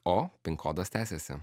o pin kodas tęsiasi